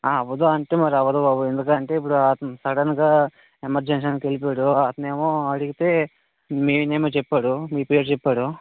అవ్వదు అంటే అవ్వదు బాబు ఎందుకంటే ఇప్పుడు అతను సడన్ గా ఎమర్జెన్సీ అనుకొని వెళ్ళిపోయాడు అతనేమో అడిగితే మీ నేమ్ చెప్పాడు మీ పేరు చెప్పాడు